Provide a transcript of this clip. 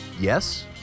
Yes